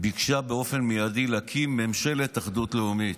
ביקשה באופן מיידי להקים ממשלת אחדות לאומית.